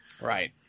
Right